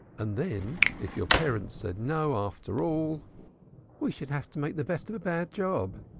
and then, if your parents said no, after all we should have to make the best of a bad job,